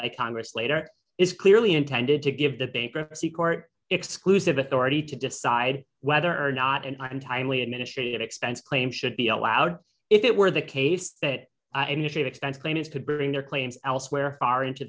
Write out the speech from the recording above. by congress later is clearly intended to give the bankruptcy court exclusive authority to decide whether or not and untimely administrative expense claim should be allowed if it were the case that initiate expense claims to bring their claims elsewhere far into